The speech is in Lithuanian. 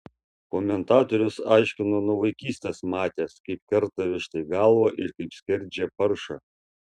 komentatorius aiškino nuo vaikystės matęs kaip kerta vištai galvą ir kaip skerdžia paršą